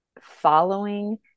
following